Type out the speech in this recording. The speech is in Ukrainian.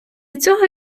цього